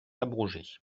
abrogée